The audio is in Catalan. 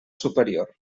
superior